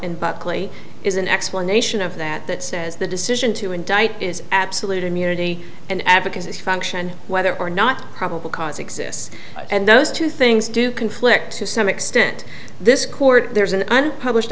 in buckley is an explanation of that that says the decision to indict is absolute immunity and abacuses function whether or not probable cause exists and those two things do conflict to some extent this court there's an unpublished